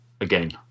again